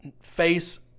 face